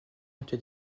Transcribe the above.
était